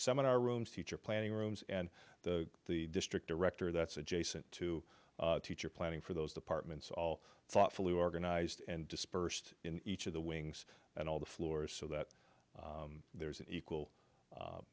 seminar rooms teacher planning rooms and the the district director that's adjacent to teacher planning for those departments all thoughtfully organized and dispersed in each of the wings and all the floors so that there's an equal